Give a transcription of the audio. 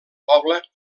poble